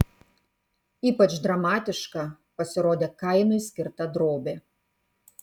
ypač dramatiška pasirodė kainui skirta drobė